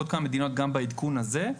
עוד כמה מדינות גם בעדכון הזה.